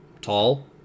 tall